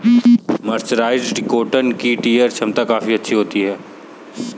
mercerised cotton की tear छमता काफी अच्छी होती है